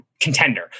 contender